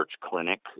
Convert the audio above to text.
clinic